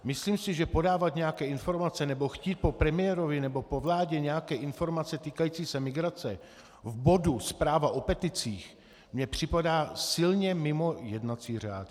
Myslím si, že podávat nějaké informace nebo chtít po premiérovi nebo po vládě nějaké informace týkající se migrace v bodu zpráva o peticích mně připadá silně mimo jednací řád.